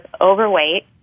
overweight